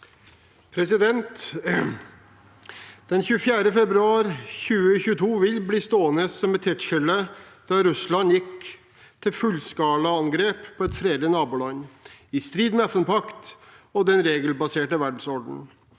Den 24. februar 2022 vil bli stående som et tidsskille, da Russland gikk til fullskalaangrep på et fredelig naboland, i strid med FN-pakten og den regelbaserte verdensordenen.